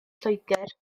lloegr